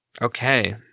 Okay